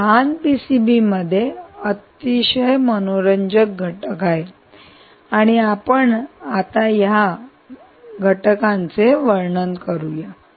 या लहान पीसीबीमध्ये अतिशय मनोरंजक घटक आहेत आणि आपण आता या आता घटकांचे वर्णन करूया